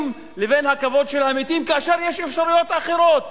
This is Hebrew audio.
לבין הכבוד של המתים כאשר יש אפשרויות אחרות?